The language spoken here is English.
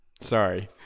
Sorry